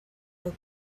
oak